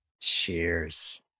Cheers